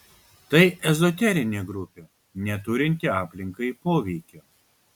tai ezoterinė grupė neturinti aplinkai poveikio